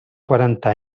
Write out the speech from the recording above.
quaranta